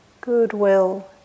goodwill